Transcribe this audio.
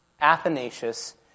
Athanasius